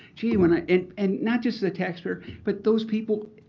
you and i and not just the taxpayer, but those people,